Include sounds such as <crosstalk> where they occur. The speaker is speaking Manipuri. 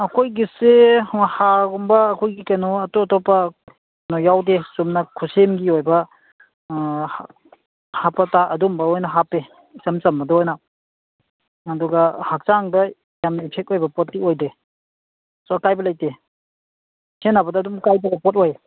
ꯑꯩꯈꯣꯏꯒꯤꯁꯦ ꯍꯥꯔꯒꯨꯝꯕ ꯑꯩꯈꯣꯏꯒꯤ ꯀꯩꯅꯣ ꯑꯇꯣꯞ ꯑꯇꯣꯞꯄ ꯀꯩꯅꯣ ꯌꯥꯎꯗꯦ ꯆꯨꯝꯅ ꯈꯨꯠꯁꯦꯝꯒꯤ ꯑꯣꯏꯕ <unintelligible> ꯑꯗꯨꯒꯨꯝꯕ ꯑꯣꯏꯅ ꯍꯥꯞꯄꯦ ꯏꯆꯝ ꯆꯝꯕꯗ ꯑꯣꯏꯅ ꯑꯗꯨꯒ ꯍꯛꯆꯥꯡꯗ ꯌꯥꯝꯅ ꯏꯐꯦꯛ ꯑꯣꯏꯕ ꯄꯣꯠꯇꯤ ꯑꯣꯏꯗꯦ ꯀꯔꯤꯁꯨ ꯑꯀꯥꯏꯕ ꯂꯩꯇꯦ ꯁꯤꯖꯤꯟꯅꯕꯗ ꯑꯗꯨꯝ ꯀꯥꯏꯗꯕ ꯄꯣꯠ ꯑꯣꯏ